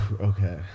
Okay